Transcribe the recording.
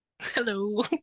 Hello